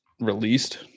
released